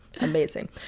amazing